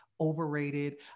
overrated